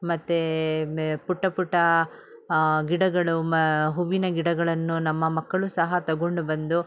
ಮತ್ತು ಪುಟ್ಟ ಪುಟ್ಟ ಗಿಡಗಳು ಮ ಹೂವಿನ ಗಿಡಗಳನ್ನು ನಮ್ಮ ಮಕ್ಕಳು ಸಹ ತೊಗೊಂಡು ಬಂದು